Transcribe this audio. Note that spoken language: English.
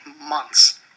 months